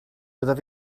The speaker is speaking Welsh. byddaf